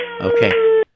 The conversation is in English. Okay